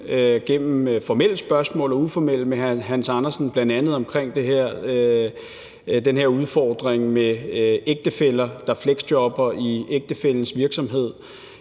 og uformelle spørgsmål med hr. Hans Andersen, bl.a. omkring den her udfordring med personer, der fleksjobber i ægtefællens virksomhed,